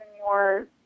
more